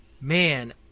man